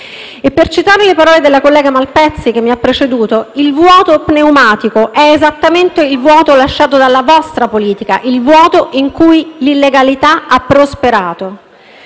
Per citare le parole della collega Malpezzi che mi ha preceduto, il «vuoto pneumatico» è esattamente il vuoto lasciato dalla vostra politica, il vuoto in cui l'illegalità ha prosperato.